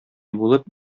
булып